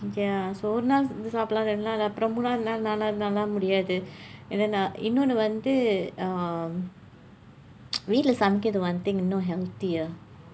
ya so ஒரு நாள் சாப்பிடலாம் இரண்டு நாள் அப்புறம் மூன்றாவது நாள் நானா இருந்தால் முடியாது ஏன் என்றால் நான் இன்னொன்னு வந்து:oru naal saappidalam irandu naal appuram munraavathu naal naanaa irundthaal mudiyaathu een enraal naan inonnu vandthu um வீட்டில் சமைக்கிறது:vitdil samaikkirathu one thing இன்னும்:innum healthier